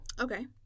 Okay